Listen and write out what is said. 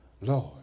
Lord